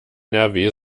nrw